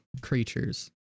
creatures